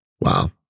Wow